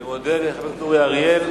אני מודה לחבר הכנסת אורי אריאל.